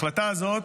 החלטה זאת